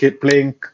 playing